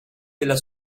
della